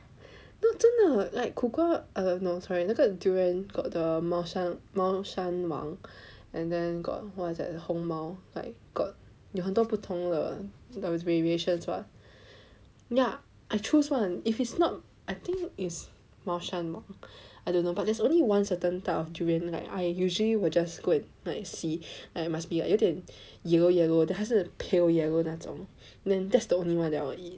no 真的 like 苦瓜 err no sorry 那个 durian got the 猫山王 and then got the what's that 红毛 got 有很多不同的 variations [what] ya I choose [one] if it's not I think is 猫山王 I don't know but there's only one certain type of durian like I usually will just go and like see and must be like 有点 yellow yellow then 还是 pale yellow 那种 then that's the only one that I will eat